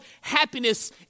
happiness